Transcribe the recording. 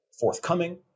forthcoming